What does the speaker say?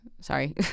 sorry